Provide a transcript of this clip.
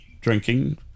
drinking